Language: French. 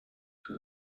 tout